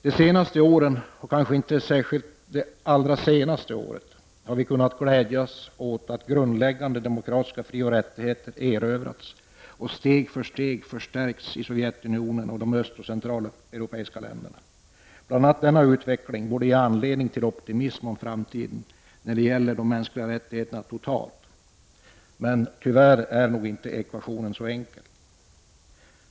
De senaste åren och kanske särskilt det allra senaste året har vi kunnat glädjas åt att grundläggande demokratiska frioch rättigheter erövrats och steg för steg förstärkts i Sovjetunionen och de östoch centraleuropeiska länderna. Bl.a. denna utveckling borde ge anledning till optimism om framtiden när det gäller de mänskliga rättigheterna totalt, men tyvärr är nog ekvationen inte så enkel.